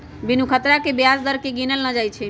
बिनु खतरा के ब्याज दर केँ गिनल न जाइ छइ